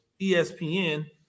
ESPN